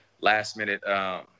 last-minute